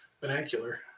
vernacular